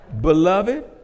Beloved